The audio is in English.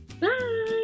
bye